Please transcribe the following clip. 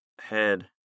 head